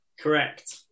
Correct